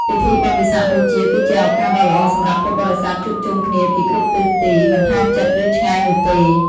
ពិធីបុណ្យវិសាខបូជាគឺជាឱកាសដ៏ល្អសម្រាប់ពុទ្ធបរិស័ទជួបជុំគ្នាពីគ្រប់ទិសទី មិនថាជិត ឬឆ្ងាយនោះទេ។